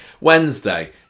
Wednesday